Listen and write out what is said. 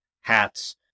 hats